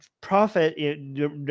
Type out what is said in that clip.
profit